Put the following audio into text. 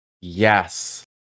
Yes